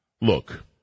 Look